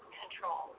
control